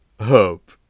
hope